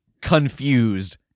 confused